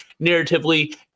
narratively